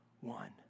one